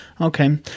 Okay